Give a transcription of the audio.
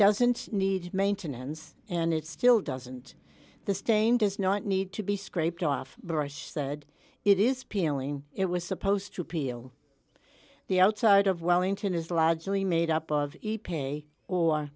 doesn't need maintenance and it still doesn't the stain does not need to be scraped off brush said it is peeling it was supposed to peel the outside of wellington is largely made up of pay or